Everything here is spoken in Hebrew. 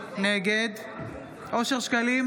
נגד אושר שקלים,